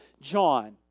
John